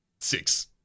Six